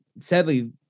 sadly